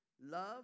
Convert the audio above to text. love